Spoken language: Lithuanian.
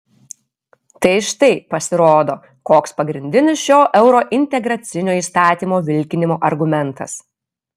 tai štai pasirodo koks pagrindinis šio eurointegracinio įstatymo vilkinimo argumentas